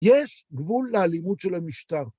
יש גבול לאלימות של המשטר.